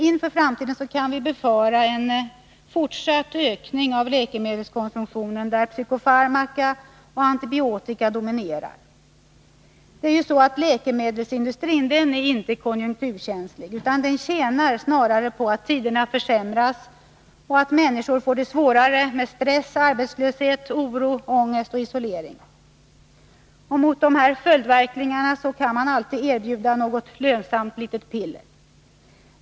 Inför framtiden kan vi befara en fortsatt ökning av läkemedelskonsumtionen, där psykofarmaka och antibiotika dominerar. Läkemedelsindustrin är inte konjunkturkänslig, utan den tjänar snarare på att tiderna försämras och människor får det svårare med stress, arbetslöshet, oro, ångest och isolering. Mot dessa följdverkningar kan man alltid erbjuda något lönsamt litet piller.